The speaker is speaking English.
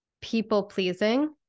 People-pleasing